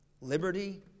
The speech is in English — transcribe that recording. liberty